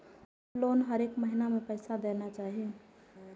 Loan हरेक महीना में पैसा देना चाहि?